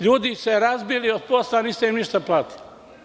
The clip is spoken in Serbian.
Ljudi se razbili od posla, a niste im ništa platili.